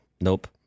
nope